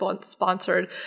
sponsored